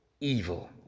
evil